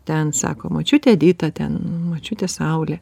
ten sako močiutė edita ten močiutė saulė